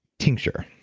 tincture.